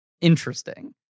interesting